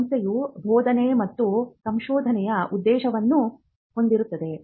ಸಂಸ್ಥೆಯು ಬೋಧನೆ ಮತ್ತು ಸಂಶೋಧನೆಯ ಉದ್ದೇಶವನ್ನು ಹೊಂದಿರುತ್ತದೆ